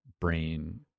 brain